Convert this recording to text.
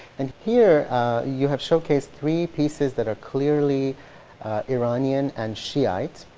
and here you have showcased three pieces that are clearly iranian and shiite,